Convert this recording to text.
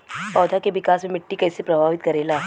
पौधा के विकास मे मिट्टी कइसे प्रभावित करेला?